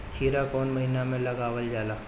खीरा कौन महीना में लगावल जाला?